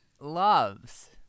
loves